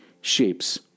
shapes